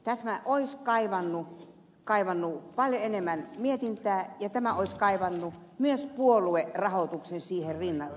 tämä olisi kaivannut paljon enemmän mietintää ja tämä olisi kaivannut myös puoluerahoituksen siihen rinnalle